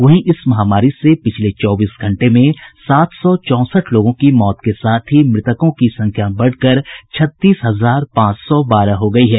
वहीं इस महामारी से पिछले चौबीस घंटे में सात सौ चौंसठ लोगों की मौत के साथ ही मृतकों की संख्या बढ़कर छत्तीस हजार पांच सौ बारह हो गयी है